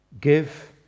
Give